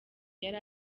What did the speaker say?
yari